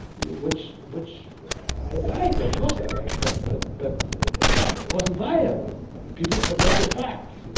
which which i like of course i like but but but it wasn't viable. people forget the facts,